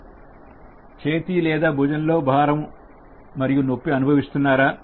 చేతి లేదా భుజంలో భారము మరియు నొప్పి అనుభవిస్తున్నా రా